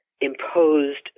imposed